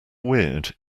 weird